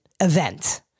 event